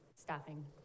staffing